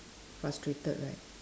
frustrated right